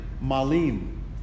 Malim